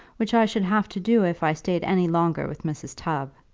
which i should have to do if i stayed any longer with mrs. tubb.